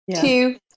two